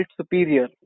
superior